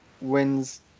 wins